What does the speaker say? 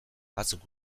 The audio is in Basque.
batzuk